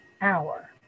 hour